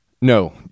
No